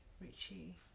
Richie